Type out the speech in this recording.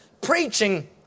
Preaching